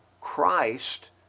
Christ